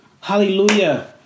Hallelujah